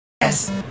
yes